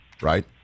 right